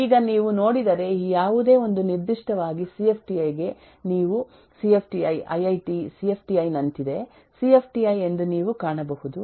ಈಗ ನೀವು ನೋಡಿದರೆ ಈ ಯಾವುದೇ ಒಂದು ನಿರ್ದಿಷ್ಟವಾಗಿ ಸಿಎಫ್ಟಿಐ ಗೆ ನೀವು ಸಿಎಫ್ಟಿಐ ಐಐಟಿ ಸಿಎಫ್ಟಿಐ ನಂತಿದೆ ಸಿಎಫ್ಟಿಐ ಎಂದು ನೀವು ಕಾಣಬಹುದು